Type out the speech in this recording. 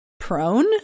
Prone